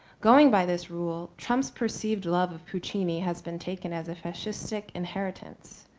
going by this rule, trumps perceived love of puccini has been taken as a fascistic inheritance.